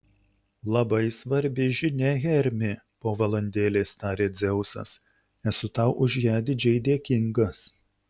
labai svarbi žinia hermi po valandėlės tarė dzeusas esu tau už ją didžiai dėkingas